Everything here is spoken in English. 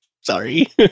Sorry